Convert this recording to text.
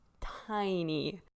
tiny